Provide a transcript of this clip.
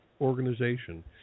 organization